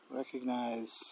recognize